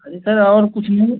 अरे सर और कुछ नहीं